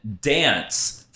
dance